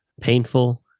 painful